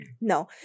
No